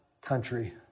country